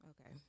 Okay